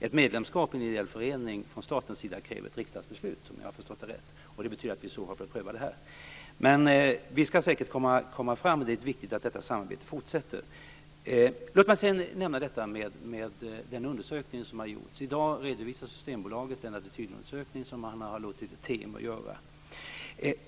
Ett medlemskap från statens sida i en ideell förening kräver ett riksdagsbeslut, om jag har förstått det rätt, och det betyder att vi får pröva det här. Men vi skall säkert komma fram. Det är viktigt att detta samarbete fortsätter. Låt mig sedan nämna den undersökning som har gjorts. I dag redovisar Systembolaget en attitydundersökning som man har låtit Temo göra.